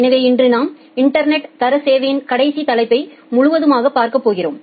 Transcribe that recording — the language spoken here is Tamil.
எனவே இன்று நாம் இன்டர்நெட் தர சேவையின் கடைசி தலைப்பை முழுவதுமாக பார்க்க போகிறோம்